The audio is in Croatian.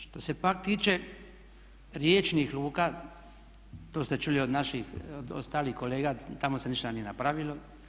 Što se pak tiče riječnih luka to ste čuli od naših ostalih kolega, tamo se ništa nije napravilo.